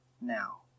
now